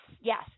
yes